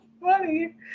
funny